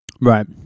Right